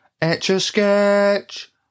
etch-a-sketch